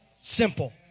Simple